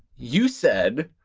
you said,